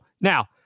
Now